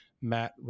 Matt